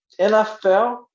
NFL